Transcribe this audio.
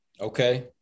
Okay